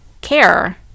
care